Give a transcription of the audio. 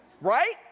Right